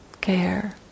care